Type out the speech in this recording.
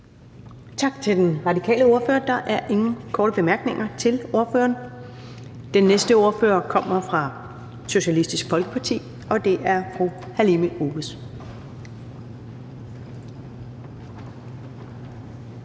Tak til den radikale ordfører. Der er ingen korte bemærkninger til ordføreren. Den næste ordfører kommer fra Socialistisk Folkeparti, og det er hr. Carl